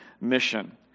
mission